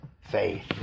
faith